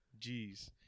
Jeez